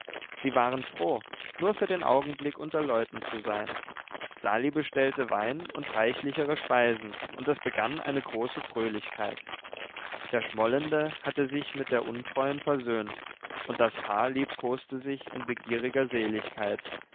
sie waren froh nur für den augenblick unter leuten zu sein sali bestellte wein und reichlichere speisen und es begann eine große fröhlichkeit der schmollende hatte sich mit der untreuen versöhnt und das paar liebkoste sich in begieriger seligkeit